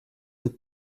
the